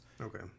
Okay